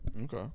Okay